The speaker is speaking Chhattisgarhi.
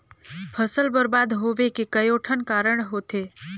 फसल बरबाद होवे के कयोठन कारण होथे